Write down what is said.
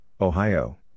Ohio